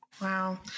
Wow